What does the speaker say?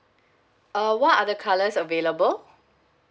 uh what are the colors available